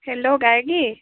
hello Gargi